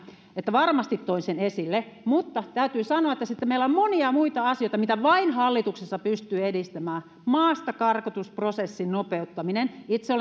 että varmasti toin sen esille mutta täytyy sanoa että sitten meillä on monia muita asioita mitä vain hallituksessa pystyy edistämään maastakarkoitusprosessin nopeuttaminen itse